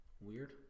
Weird